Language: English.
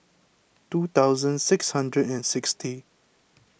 two thousand six hundred and sixty